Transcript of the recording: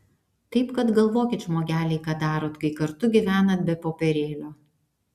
taip kad galvokit žmogeliai ką darot kai kartu gyvenat be popierėlio